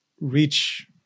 reach